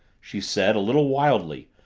she said, a little wildly,